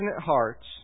hearts